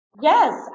yes